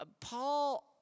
Paul